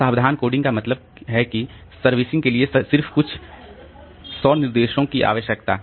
तो सावधान कोडिंग का मतलब है कि सर्विसिंग के लिए सिर्फ कुछ 100 निर्देशों की आवश्यकता